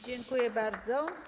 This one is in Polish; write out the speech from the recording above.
Dziękuję bardzo.